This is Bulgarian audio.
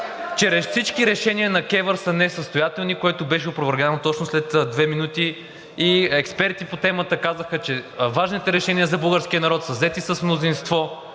че всички решения на КЕВР са несъстоятелни, което беше опровергано точно след две минути и експерти по темата казаха, че важните решения за българския народ са взети с мнозинство,